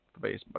Facebook